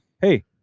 Hey